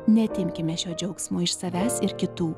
neatimkime šio džiaugsmo iš savęs ir kitų